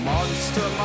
Monster